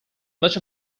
much